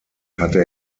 hatte